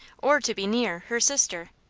or to be near, her sister.